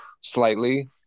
slightly